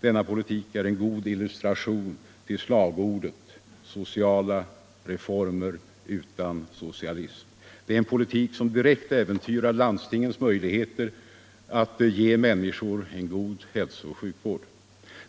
Denna politik är en god illustration till slagordet ”sociala reformer utan socialism”. Det är en politik som direkt äventyrar landstingens möjligheter att ge människor en god hälsooch sjukvård.